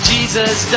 Jesus